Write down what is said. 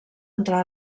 entrà